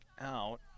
out